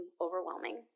overwhelming